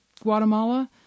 Guatemala